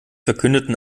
verkündeten